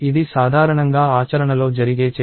ఇది సాధారణంగా ఆచరణలో జరిగే చెక్